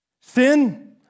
Sin